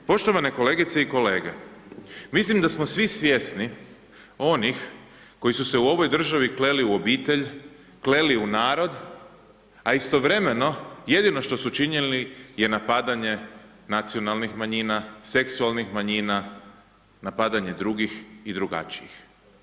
Poštovane kolegice i kolege, mislim da smo svi svjesni onih koji su se u ovoj državi kleli u obitelj, kleli u narod a istovremeno jedino što su činili je napadanje nacionalnih manjina, seksualnih manjina, napadanje drugih i drugačijih.